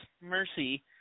mercy